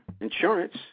insurance